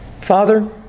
Father